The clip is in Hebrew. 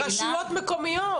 רשויות מקומיות.